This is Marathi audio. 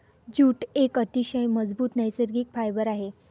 जूट एक अतिशय मजबूत नैसर्गिक फायबर आहे